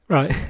Right